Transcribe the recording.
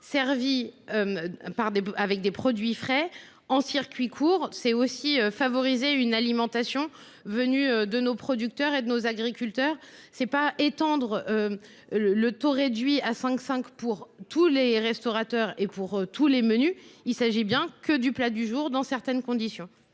avec des produits frais, en circuit court. Il s’agit aussi de favoriser une alimentation venue de nos producteurs et de nos agriculteurs. Mon objectif n’est pas d’étendre le taux réduit de 5,5 % à tous les restaurateurs et à tous les menus : il ne s’agit bien que du plat du jour, dans certaines conditions.